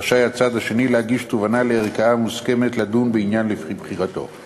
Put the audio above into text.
רשאי הצד השני להגיש תובענה לערכאה המוסמכת לדון בעניין לפי בחירתו.